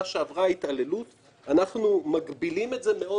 שעברה התעללות אנחנו מגבילים את זה מאוד